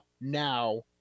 now